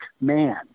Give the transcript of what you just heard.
man